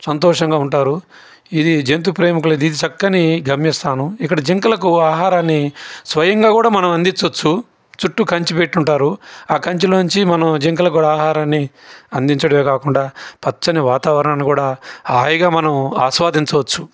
సంతోషంగా ఉంటారు ఇది జంతు ప్రేమికులకు ఇది చక్కని గమ్యస్థానం ఇక్కడ జింకలకు ఆహారాన్ని స్వయంగా కూడా మనం అందించవచ్చు చుట్టు కంచె పెట్టి ఉంటారు ఆ కంచె లోంచి మనం జింకలకు కూడా ఆహారాన్ని అందించడం కాకుండా పచ్చని వాతావరణాన్ని కూడా హాయిగా మనం ఆస్వాదించవచ్చు